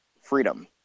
freedom